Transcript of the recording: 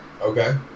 Okay